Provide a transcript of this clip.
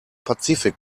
pazifik